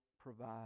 provide